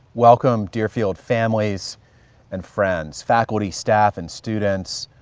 welcome deerfield families and friends, faculty, staff, and students,